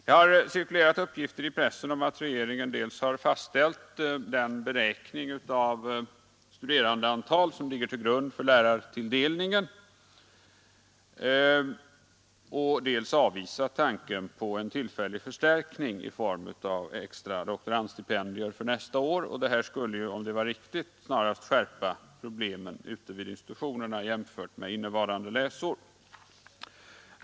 Det har cirkulerat uppgifter i pressen om att regeringen dels har fastställt den beräkning av studerandeantal som ligger till grund för lärartilldelningen, dels också avvisat tanken på en tillräcklig förstärkning i form av extra doktorandstipendier för nästa är. Det här skulle, om det var riktigt, snarast skärpa problemen ute vid institutionerna jämfört med innevarande läsår.